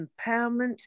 empowerment